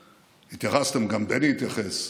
התייחסת, גם בני התייחס,